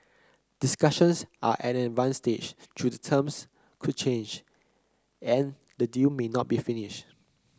discussions are at an advanced stage though the terms could change and the deal may not be finished